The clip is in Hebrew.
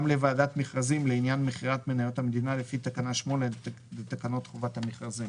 לוועדת מכרזים לעניין מכירת מניות המדינה לפי תקנה 8 לתקנות חובת המכרזים,